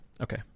Okay